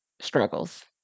struggles